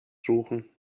suchen